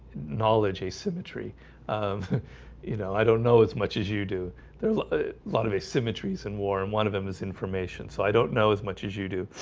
knowledge asymmetry of you know, i don't know as much as you do there's a lot of asymmetries in war and one of them is information so i don't know as much as you do